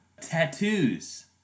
tattoos